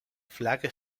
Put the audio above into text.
flag